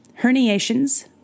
Herniations